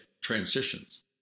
transitions